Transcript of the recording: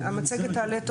תעלה.